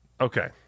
Okay